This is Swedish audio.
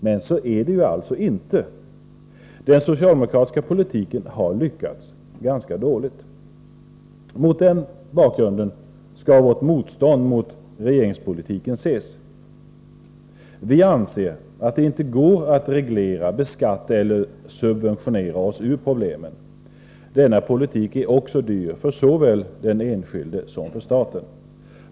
Men så är det alltså inte. Den socialdemokratiska politiken har lyckats ganska dåligt. Mot den bakgrunden skall vårt motstånd mot regeringspolitiken ses. Vi anser att det inte går att reglera, beskatta eller subventionera oss ur problemen. Denna politik är också dyr för såväl den enskilde som staten.